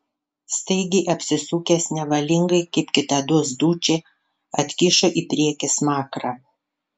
staigiai apsisukęs nevalingai kaip kitados dučė atkišo į priekį smakrą